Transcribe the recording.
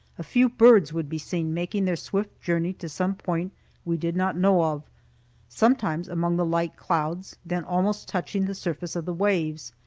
a few birds would be seen making their swift journey to some point we did not know of sometimes among the light clouds, then almost touching the surface of the waves.